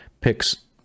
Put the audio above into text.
picks